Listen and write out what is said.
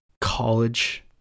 college